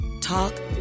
talk